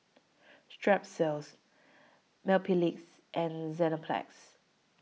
Strepsils Mepilex and Enzyplex